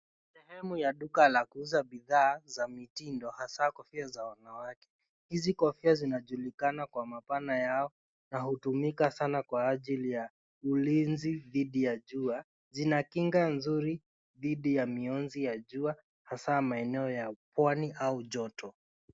Sehemu ya duka la kuuza bidhaa za mitindo hasa kofia za wanawake. Hizi kofia zinajulikana kwa mabana yao na hutumika sana kwa ajili ya ulinzi dhidi ya jua. Zina kinga mzuri dhidi ya mionzi ya jua, hasa maeneo ya pwani au joto.